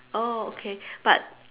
orh okay but